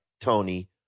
Tony